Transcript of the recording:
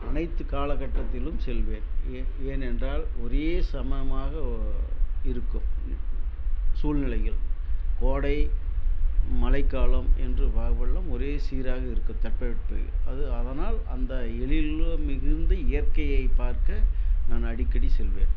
அனைத்து காலகட்டத்திலும் செல்வேன் ஏ ஏனென்றால் ஒரே சமமாக இருக்கும் சூழ்நிலைகள் கோடை மழைக்காலம் என்று வாழ்வெல்லாம் ஒரே சீராக இருக்கு தட்பவெட்ப நிலை அது அதனால் அந்த எழில் மிகுந்த இயற்கையை பார்க்க நான் அடிக்கடி செல்வேன்